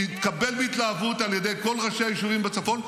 התקבל בהתלהבות על ידי כל ראשי היישובים בצפון,